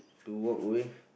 to walk away